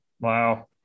Wow